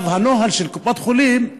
הנוהל של קופת חולים,